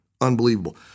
unbelievable